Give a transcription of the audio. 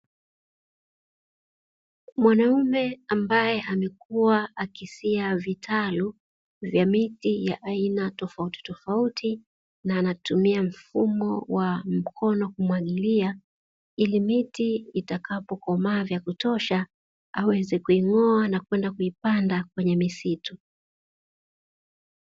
Mwanaume ambaye amekuwa akisia vitalu vya miti aina tofautitofauti na anatumia mfumo wa mkono kumwagilia, ili miti itakapokomaa vya kutosha aweze kuing'oa na kwenda kuipanda kwenye misitu.